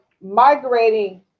migrating